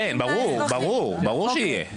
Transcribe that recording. כן, ברור שיהיה.